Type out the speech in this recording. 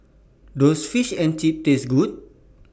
Does Fish and Chips Taste Good